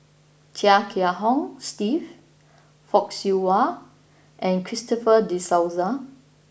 Chia Kiah Hong Steve Fock Siew Wah and Christopher De Souza